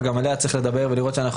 וגם עליה צריך לדבר ולראות שאנחנו